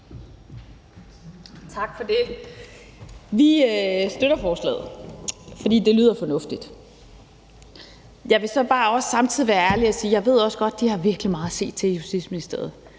Tak for det. Vi støtter forslaget, fordi det lyder fornuftigt. Jeg vil så bare også samtidig være ærlig at sige, at jeg også godt ved, at de har virkelig meget at se til i Justitsministeriet.